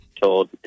told